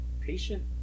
Patient